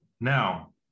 Now